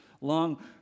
long